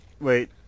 Wait